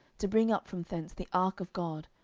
to bring up from thence the ark of god,